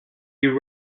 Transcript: you